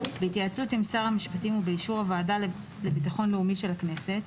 בהתייעצות עם שר המשפטים ובאישור הוועדה לביטחון הפנים של הכנסת,